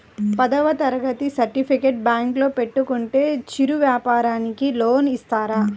పదవ తరగతి సర్టిఫికేట్ బ్యాంకులో పెట్టుకుంటే చిరు వ్యాపారంకి లోన్ ఇస్తారా?